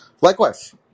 Likewise